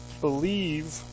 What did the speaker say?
believe